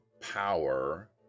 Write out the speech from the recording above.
power